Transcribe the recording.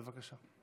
בבקשה.